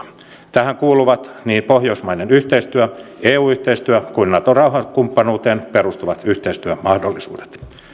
tähän kuuluvat niin pohjoismainen yhteistyö eu yhteistyö kuin naton rauhankumppanuuteen perustuvat yhteistyömahdollisuudet